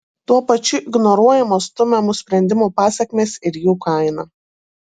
tuo pačiu ignoruojamos stumiamų sprendimų pasekmės ir jų kaina